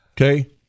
okay